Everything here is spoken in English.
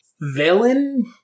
villain